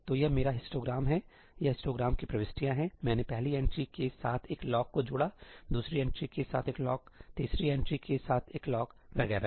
तो यह मेरा हिस्टोग्राम है ये हिस्टोग्राम की प्रविष्टियाँ हैं मैंने पहली एंट्री के साथ एक लॉक को जोड़ा दूसरी एंट्री के साथ एक लॉक तीसरी एंट्री के साथ एक लॉक वगैरह